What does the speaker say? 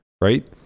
Right